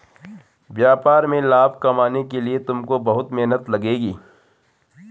व्यापार में लाभ कमाने के लिए तुमको बहुत मेहनत लगेगी